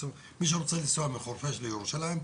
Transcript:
מי שרוצה לנסוע מחורפיש לירושלים,